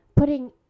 Putting